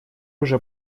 уже